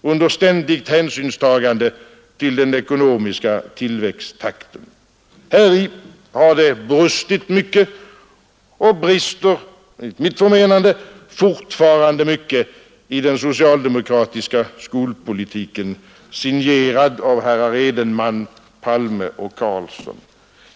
under ständigt hänsynstagande till den ekonomiska tillväxttakten. Häri har det brustit mycket och brister enligt mitt förmenande fortfarande mycket i den socialdemokratiska skolpolitiken, signerad av herrar Edenman, Palme och Carlsson.